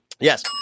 Yes